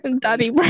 Daddy